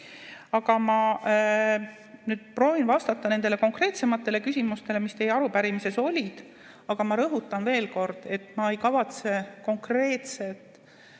silma. Ma proovin vastata nendele konkreetsematele küsimustele, mis teie arupärimises olid. Aga ma rõhutan veel kord, et ma ei kavatse konkreetset